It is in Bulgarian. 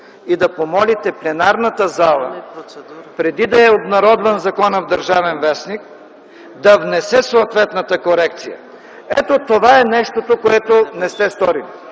и да помолите пленарната зала, преди да е обнародван законът в „Държавен вестник”, да внесе съответната корекция. Ето това е нещото, което не сте сторили.